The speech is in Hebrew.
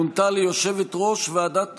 מונתה ליושבת-ראש ועדת